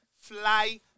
Fly